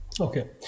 Okay